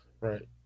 Right